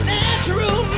natural